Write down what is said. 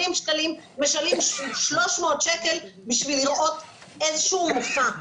שקלים משלמים 300 שקל בשביל לראות איזה שהוא מופע.